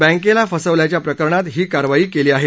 बँकेला फसवल्याच्या प्रकरणात ही कारवाई केली आहे